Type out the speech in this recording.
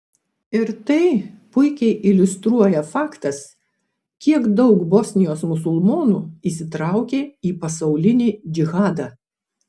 ir tai puikiai iliustruoja faktas kiek daug bosnijos musulmonų įsitraukė į pasaulinį džihadą